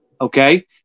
Okay